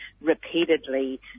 repeatedly